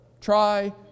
Try